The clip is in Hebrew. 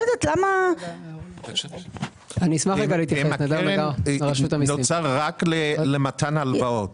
אם הקרן תנוצל רק למתן הלוואות.